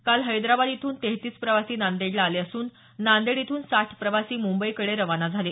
काल हैदराबाद इथून तेहेतीस प्रवासी नांदेडला आले असून नांदेड इथून साठ प्रवासी मुंबईकडे रवाना झाले